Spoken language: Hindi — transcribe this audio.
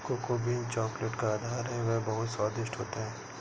कोको बीन्स चॉकलेट का आधार है वह बहुत स्वादिष्ट होता है